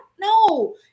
No